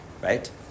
right